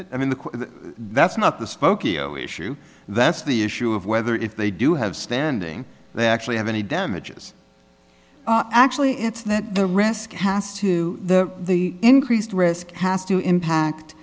it i mean the that's not the spokeo issue that's the issue of whether if they do have standing they actually have any damages actually it's that the risk has to the the increased risk has to